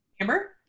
Amber